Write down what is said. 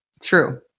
True